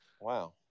Wow